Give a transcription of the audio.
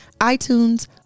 iTunes